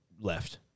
left